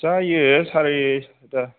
जायो सारिता